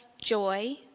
joy